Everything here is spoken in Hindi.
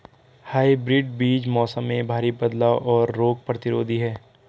हाइब्रिड बीज मौसम में भारी बदलाव और रोग प्रतिरोधी हैं